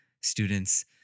students